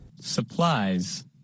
Supplies